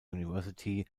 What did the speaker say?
university